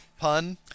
pun